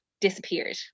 disappeared